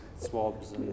swabs